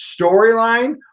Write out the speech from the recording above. storyline